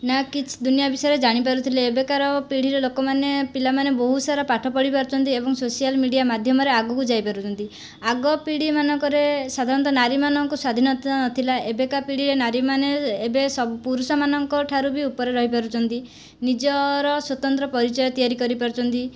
ନା କିଛି ଦୁନିଆ ବିଷୟରେ ଜାଣିପାରୁଥିଲେ ଏବେକାର ପିଢ଼ିର ଲୋକମାନେ ପିଲାମାନେ ବହୁତ ସାରା ପାଠ ପଢ଼ିପାରୁଛନ୍ତି ଏବଂ ସୋସିଆଲ ମିଡିଆ ମାଧ୍ୟମରେ ଆଗକୁ ଯାଇପାରୁଛନ୍ତି ଆଗ ପିଢ଼ିମାନଙ୍କରେ ସାଧାରଣତଃ ନାରୀମାନଙ୍କ ସ୍ଵାଧିନତା ନଥିଲା ଏବେକା ପିଢ଼ିରେ ନାରୀମାନେ ଏବେ ସବୁ ପୁରୁଷମାନଙ୍କଠାରୁ ବି ଉପରେ ରହିପାରୁଛନ୍ତି ନିଜର ସ୍ୱତନ୍ତ୍ର ପରିଚୟ ତିଆରି କରିପାରୁଛନ୍ତି